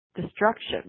destruction